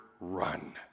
run